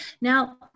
Now